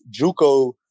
Juco